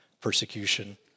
persecution